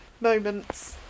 moments